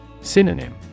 Synonym